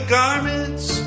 garments